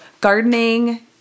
gardening